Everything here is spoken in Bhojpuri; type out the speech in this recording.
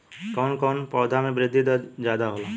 कवन कवने पौधा में वृद्धि दर ज्यादा होला?